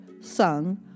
sung